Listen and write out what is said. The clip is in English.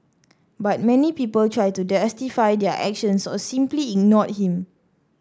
but many people try to justify their actions or simply ignored him